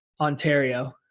Ontario